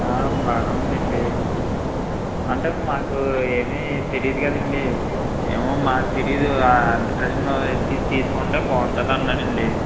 బాగానే ఉందండి అంటే మాకు ఏమి తెలీదు కదండి ఏమో మాకు తెలీదు ఆ ఎలెక్ట్రిషన్ ఇ ఇది తీసుకుంటే బాగుంటుందన్నాడండి